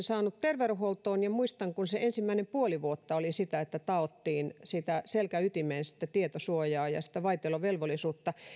saanut terveydenhuoltoon ja muistan kun se ensimmäinen puoli vuotta oli sitä että taottiin selkäytimeen tietosuojaa ja vaitiolovelvollisuutta